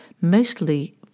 mostly